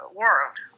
world